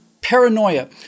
paranoia